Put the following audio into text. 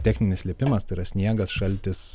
techninis lipimas tai yra sniegas šaltis